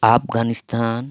Afghanistan